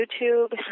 YouTube